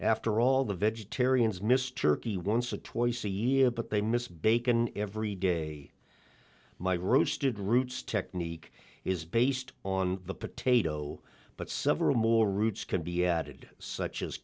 after all the vegetarians miss turkey once or twice a year but they miss bacon every day my roasted roots technique is based on the potato but several more roots can be added such as